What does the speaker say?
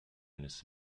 eines